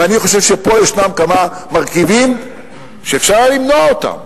ואני חושב שפה ישנם כמה מרכיבים שאפשר למנוע אותם,